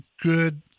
good